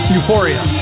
Euphoria